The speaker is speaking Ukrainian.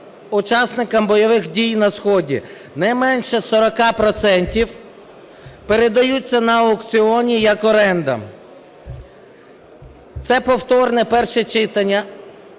учасникам бойових дій на сході, не менше 40 процентів передаються на аукціони як оренда. Це потворне перше читання,